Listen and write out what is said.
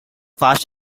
fast